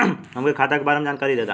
हमके खाता के बारे में जानकारी देदा?